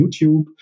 YouTube